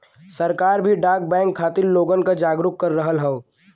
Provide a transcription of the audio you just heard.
सरकार भी डाक बैंक खातिर लोगन क जागरूक कर रहल हौ